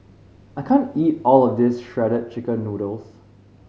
I can't eat all of this Shredded Chicken Noodles